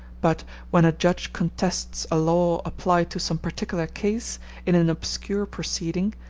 but when a judge contests a law applied to some particular case in an obscure proceeding,